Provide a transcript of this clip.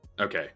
Okay